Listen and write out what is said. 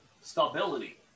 stability